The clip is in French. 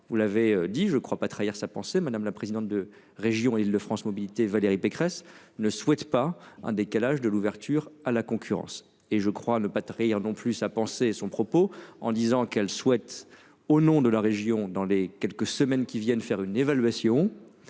Vous l'avez dit, je crois pas trahir sa pensée. Madame la présidente de région Île-de-France mobilités Valérie Pécresse ne souhaite pas un décalage de l'ouverture à la concurrence et je crois ne pas trahir non plus à penser son propos en disant qu'elle souhaite au nom de la région dans les quelques semaines qui viennent faire une évaluation